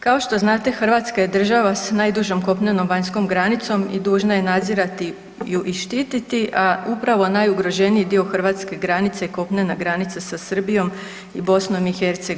Kao što znate Hrvatska je država s najdužom kopnenom vanjskom granicom i dužna je nadzirati ju i štiti, a upravo najugroženiji dio hrvatske granice je kopnena granica sa Srbijom i BiH.